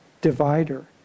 divider